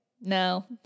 no